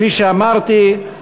כפי שאמרתי,